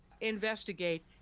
investigate